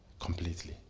Completely